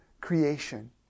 creation